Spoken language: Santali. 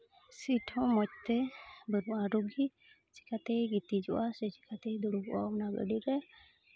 ᱥᱤᱴ ᱦᱚᱸ ᱢᱚᱡᱽᱛᱮ ᱵᱟᱹᱱᱩᱜᱼᱟ ᱨᱳᱜᱤ ᱪᱤᱠᱟᱹᱛᱮᱭ ᱜᱤᱛᱤᱡᱚᱜᱼᱟ ᱥᱮ ᱪᱤᱠᱟᱹᱛᱮᱭ ᱫᱩᱲᱩᱵᱚᱜᱼᱟ ᱚᱱᱟ ᱜᱟᱹᱰᱤ ᱨᱮ